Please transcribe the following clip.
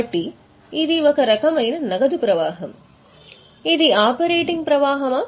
కాబట్టి ఇది ఒక రకమైన నగదు ప్రవాహం ఇది ఆపరేటింగ్ ప్రవాహమా